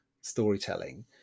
storytelling